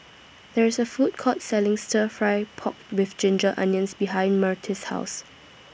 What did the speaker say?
There IS A Food Court Selling Stir Fry Pork with Ginger Onions behind Myrtis' House